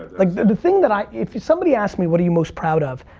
like the thing that i, if somebody asked me what are you most proud of,